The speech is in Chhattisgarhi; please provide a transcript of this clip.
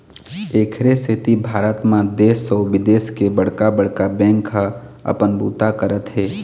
एखरे सेती भारत म देश अउ बिदेश के बड़का बड़का बेंक ह अपन बूता करत हे